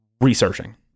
researching